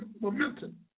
momentum